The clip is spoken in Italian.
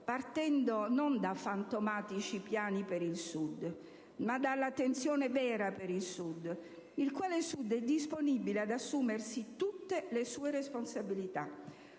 partendo non da fantomatici piani per il Sud, ma dall'attenzione vera per il Sud. Un Sud che è disponibile ad assumersi tutte le sue responsabilità,